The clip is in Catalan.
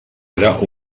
era